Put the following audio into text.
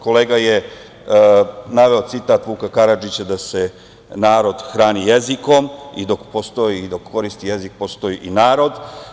Kolega je naveo citat Vuka Karadžića da se narod hrani jezikom i dok postoji i dok koristi jezik postoji i narod.